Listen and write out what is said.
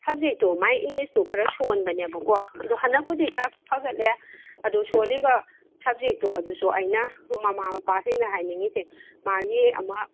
ꯁꯕꯖꯦꯛꯇꯣ ꯃꯥꯏ ꯏꯪꯂꯤꯁꯇꯣ ꯈꯔ ꯁꯣꯟꯕꯅꯦꯕꯀꯣ ꯑꯗꯣ ꯍꯟꯗꯛꯄꯨꯗꯤ ꯈꯔ ꯐꯒꯠꯂꯦ ꯑꯗꯨ ꯁꯣꯜꯂꯤꯕ ꯁꯕꯖꯦꯛꯇꯣ ꯑꯗꯨꯁꯨ ꯑꯩꯅ ꯃꯃꯥ ꯃꯄꯥꯁꯤꯡꯗ ꯍꯥꯏꯅꯤꯡꯏꯁꯦ ꯃꯥꯒꯤ ꯑꯃ